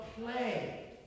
play